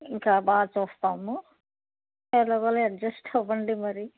ఇంకా బాగా చూస్తాము ఎలాగోలా అడ్జస్ట్ అవ్వండి మరి